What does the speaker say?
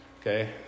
Okay